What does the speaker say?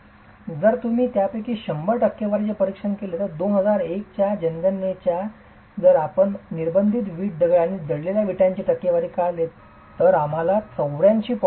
आता जर तुम्ही यापैकी १०० टक्केवारीचे परीक्षण केले तर २००१ च्या जनगणनेसाठी जर आपण निर्बंधित वीट दगड आणि जळलेल्या वीटांची टक्केवारी वाढवली तर आम्हाला एकूण 84